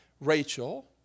Rachel